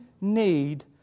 need